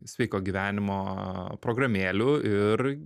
sveiko gyvenimo programėlių ir